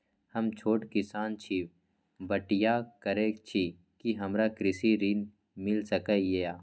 हम छोट किसान छी, बटईया करे छी कि हमरा कृषि ऋण मिल सके या?